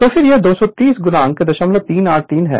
तो यह 230 0383 है